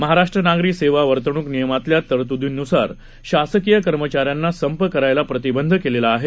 महाराष्ट्र नागरी सेवा वर्तणूक नियमातल्या तरतूदीनुसार शासकीय कर्मचाऱ्यांना संप करायला प्रतिबंध केलेला आहे